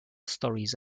stories